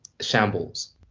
Shambles